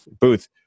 booth